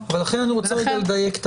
לכן אני רוצה לדייק.